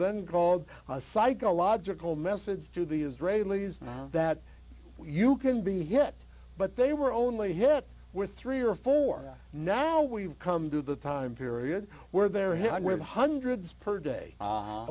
then called a psychological message to the israelis that you can be hit but they were only hit with three or four now we've come to the time period where they're hit with hundreds per day